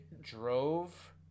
drove